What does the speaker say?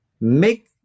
make